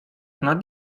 nad